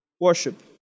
worship